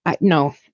No